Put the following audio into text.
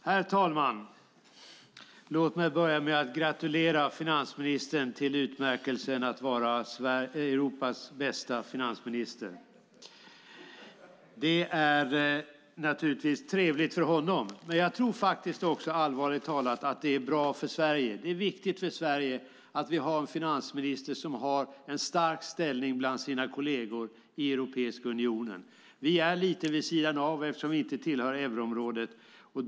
Herr talman! Låt mig börja med att gratulera finansministern till utmärkelsen att vara Europas bästa finansminister. Det är naturligtvis trevligt för honom. Men jag tror faktiskt också, allvarligt talat, att det är bra och viktigt för Sverige att vi har en finansminister som har en stark ställning bland sina kolleger i Europeiska unionen. Vi är lite vid sidan av eftersom vi inte tillhör euroområdet.